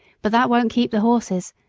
but that won't keep the horses,